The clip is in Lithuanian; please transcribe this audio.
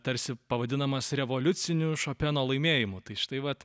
tarsi pavadinamas revoliuciniu šopeno laimėjimu tai štai vat